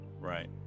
Right